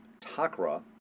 Takra